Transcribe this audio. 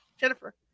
Jennifer